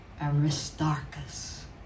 Aristarchus